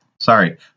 sorry